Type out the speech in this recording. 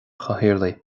chathaoirligh